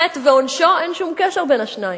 החטא ועונשו, אין שום קשר בין השניים.